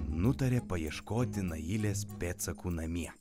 nutarė paieškoti nailės pėdsakų namie